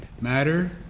Matter